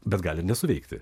bet gali ir nesuveikti